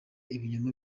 ibinyoma